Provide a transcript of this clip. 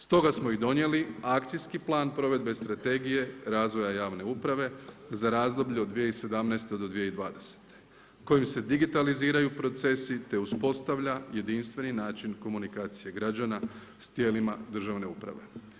Stoga smo i donijeli Akcijski plan provedbe Strategije razvoja javne uprave za razdoblje od 2017. do 2020. kojom se digitaliziraju procesi te uspostavlja jedinstveni način komunikacije građana s tijelima državne uprave.